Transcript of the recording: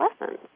lessons